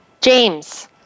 james